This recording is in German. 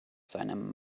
seinem